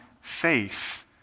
faith